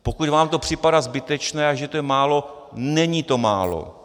Pokud vám to připadá zbytečné, a že to je málo, není to málo.